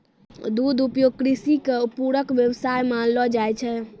दुग्ध उद्योग कृषि के पूरक व्यवसाय मानलो जाय छै